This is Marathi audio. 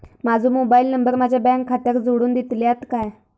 माजो मोबाईल नंबर माझ्या बँक खात्याक जोडून दितल्यात काय?